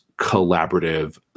collaborative